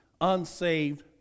unsaved